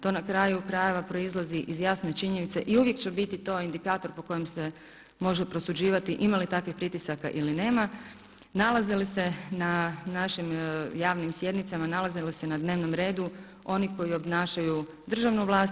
To na kraju krajeva proizlazi iz jasne činjenice i uvijek će biti to indikator po kojem se može prosuđivati ima li takvih pritisaka ili nema, nalaze li se na našim javnim sjednicama, nalaze li se na dnevnom redu oni koji obnašaju državnu vlast.